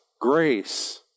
Grace